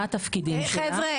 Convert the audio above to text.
מה הם התפקידים שלה --- לא,